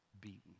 beaten